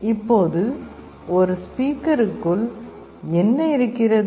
இப்போது ஒரு ஸ்பீக்கருக்குள் என்ன இருக்கிறது